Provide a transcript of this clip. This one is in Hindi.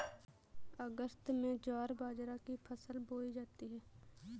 अगस्त में ज्वार बाजरा की फसल बोई जाती हैं